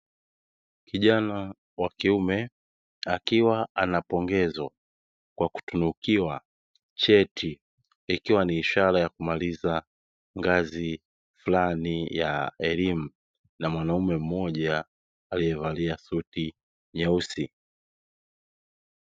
Kijana wa kiume akiwa anapoongezwa kwa kutunukiwa cheti ikiwa ni ishara ya kumaliza ngazi fulani ya elimu na mwanaume mmoja aliyevalia suti nyeusi.